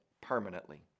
permanently